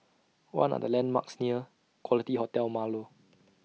What Are The landmarks near Quality Hotel Marlow